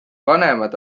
vanemad